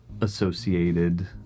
associated